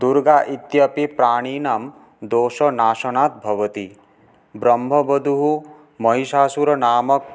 दुर्गा इत्यपि प्राणिनं दोषनाशनात् भवति ब्रह्मवधूः महिषासुर नाम